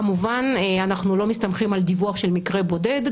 כמובן אנחנו לא מסתמכים על דיווח של מקרה בודד.